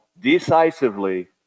decisively